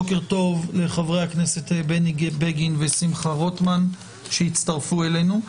בוקר טוב לחברי הכנסת בני בגין ושמחה רוטמן שהצטרפו אלינו.